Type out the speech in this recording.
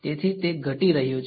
તેથી તે ઘટી રહ્યું છે